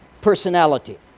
personality